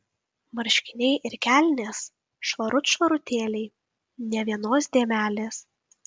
marškiniai ir kelnės švarut švarutėliai nė vienos dėmelės